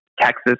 Texas